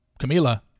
Camila